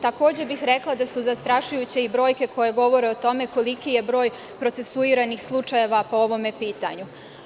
Takođe bih rekla da su zastrašujuće i brojke koje govore o tome koliki je broj procesuiranih slučajeva po ovom pitanju.